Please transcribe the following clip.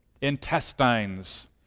intestines